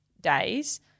days